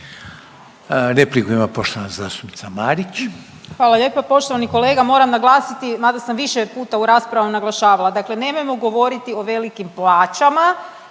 Repliku ima poštovana zastupnica Marić. **Marić, Andreja (SDP)** Hvala lijepo. Poštovani kolega moram naglasiti, mada sam više puta u raspravi naglašavala dakle nemojmo govoriti o velikim plaćama